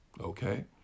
Okay